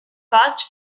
patch